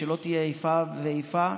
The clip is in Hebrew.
שלא תהיה איפה ואיפה,